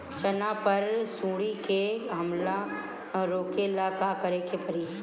चना पर सुंडी के हमला रोके ला का करे के परी?